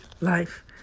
Life